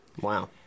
wow